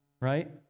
right